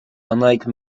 unlike